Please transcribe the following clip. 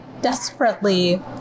desperately